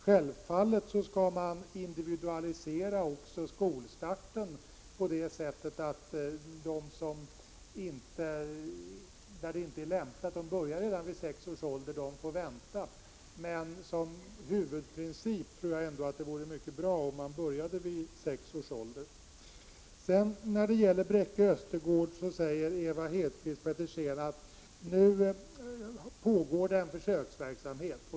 Självfallet skall man också individualisera skolstarten, på det sättet att de elever för vilka det inte är lämpligt att de börjar vid sex års ålder får vänta, men som huvudprincip tror jag ändå att det vore mycket bra om skolan började vid sex års ålder. När det gäller Bräcke Östergård säger Ewa Hedkvist Petersen att det pågår en försöksverksamhet.